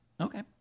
Okay